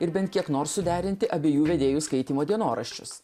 ir bent kiek nors suderinti abiejų vedėjų skaitymo dienoraščius